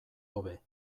hobe